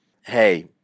hey